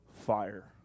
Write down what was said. fire